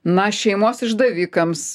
na šeimos išdavikams